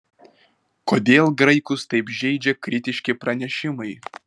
kodėl graikus taip žeidžia kritiški pranešimai